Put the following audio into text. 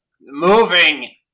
Moving